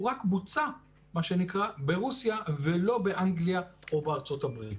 הוא רק בוצע ברוסיה ולא באנגליה או בארצות הברית.